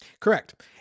Correct